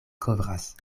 kovras